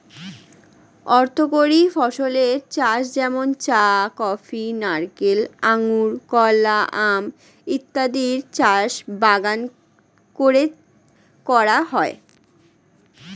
অর্থকরী ফসলের চাষ যেমন চা, কফি, নারিকেল, আঙুর, কলা, আম ইত্যাদির চাষ বাগান করে করা হয়